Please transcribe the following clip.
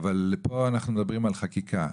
פה אנחנו מדברים על חקיקה.